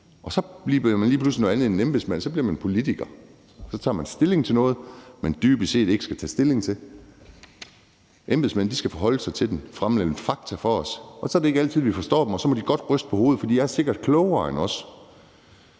se. Så bliver man lige pludselig noget andet end en embedsmand; så bliver man politiker. Så tager man stilling til noget, man dybest set ikke skal tage stilling til. Embedsmænd skal forholde sig til at fremlægge fakta for os. Så er det ikke altid, vi forstår dem, og så må de godt ryste på hovedet, for de er sikkert klogere end os.